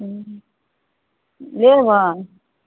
हुँ लेबै